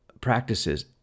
practices